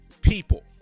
people